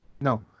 No